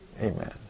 amen